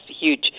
huge